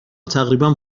تقریبا